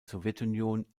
sowjetunion